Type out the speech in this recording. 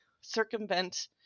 circumvent